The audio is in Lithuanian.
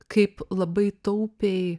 kaip labai taupiai